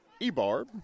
Ebarb